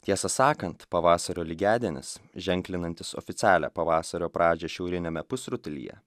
tiesą sakant pavasario lygiadienis ženklinantis oficialią pavasario pradžią šiauriniame pusrutulyje